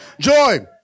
Joy